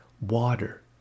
Water